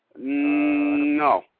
No